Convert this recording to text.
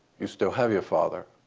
you still have your father,